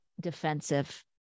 defensive